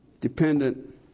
dependent